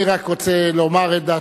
אני רק רוצה לומר את דעתי,